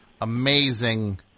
amazing